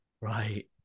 right